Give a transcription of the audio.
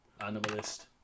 animalist